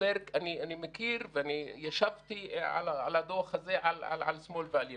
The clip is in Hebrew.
אני מכיר ואני ישבתי על הדוח הזה על שמאל ועל ימין.